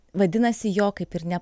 vadinasi jo kaip ir ne